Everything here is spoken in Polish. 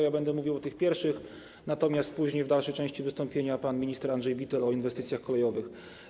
Ja będę mówił o tych pierwszych, natomiast później, w dalszej części wystąpienia, pan minister Andrzej Bittel - o inwestycjach kolejowych.